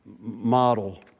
model